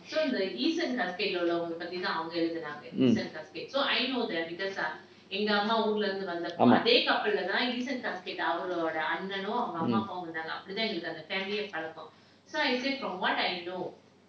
mm ஆமாம்:aamaam mm